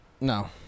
No